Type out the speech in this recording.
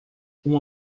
uma